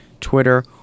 Twitter